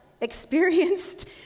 experienced